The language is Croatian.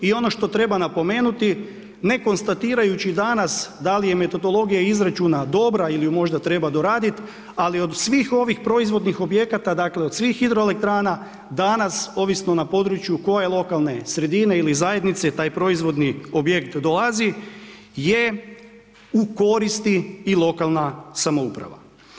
I ono što treba napomenuti, ne konstatirajući danas da li je metodologija izračuna dobra ili ju možda treba doraditi, ali od svih ovih proizvodnih objekata dakle od svih hidroelektrana danas ovisno na području koje lokalne sredine ili zajednice je taj proizvodni objekt dolazi je u koristi i lokalna samouprava.